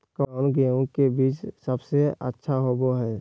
कौन गेंहू के बीज सबेसे अच्छा होबो हाय?